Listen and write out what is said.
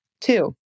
Two